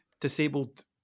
disabled